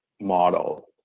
model